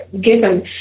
given